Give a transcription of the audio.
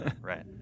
right